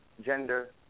gender